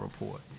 Report